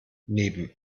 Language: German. neben